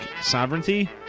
sovereignty